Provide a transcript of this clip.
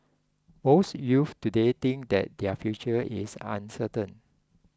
most youths today think that their future is uncertain